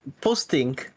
posting